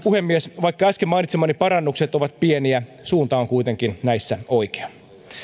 puhemies vaikka äsken mainitsemani parannukset ovat pieniä suunta on kuitenkin näissä oikea